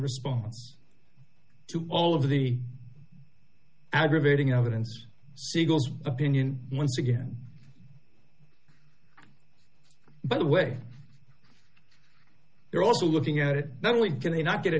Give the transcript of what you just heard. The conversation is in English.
response to all of the aggravating evidence siegel's opinion once again but the way they're also looking at it not only can they not get a